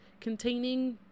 containing